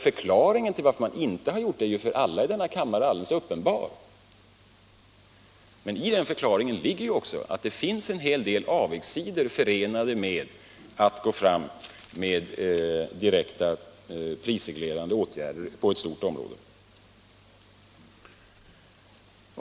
Förklaringen till detta är alldeles uppenbar för alla ledamöter av kammaren, men i den förklaringen ligger också att det är en hel del nackdelar förenade med att gå fram med direkt prisreglerande åtgärder på ett stort område.